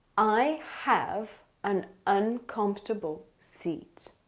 i have an uncomfortable seat.